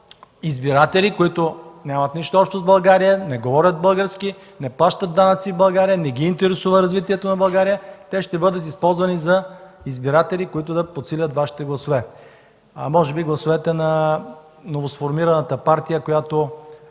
избиратели, които нямат нищо общо с България, не говорят български, не плащат данъци в България, не ги интересува развитието на България. Те ще бъдат използвани за избиратели, които да подсилят Вашите гласове, а може би гласовете на новосформираната партия, която